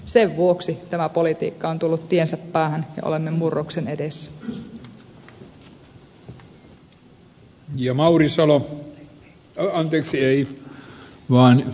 sen vuoksi tämä politiikka on tullut tiensä päähän ja olemme murroksen edessä